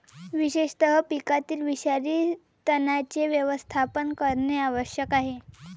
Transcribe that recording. विशेषतः पिकातील विषारी तणांचे व्यवस्थापन करणे आवश्यक आहे